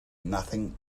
nothing